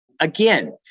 Again